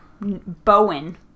bowen